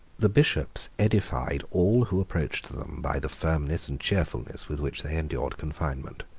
the bishops edified all who approached them by the firmness and cheerfulness with which they endured confinement,